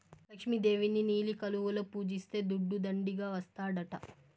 లక్ష్మి దేవిని నీలి కలువలలో పూజిస్తే దుడ్డు దండిగా ఇస్తాడట